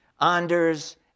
Anders